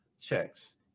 checks